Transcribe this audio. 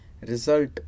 result